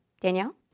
Danielle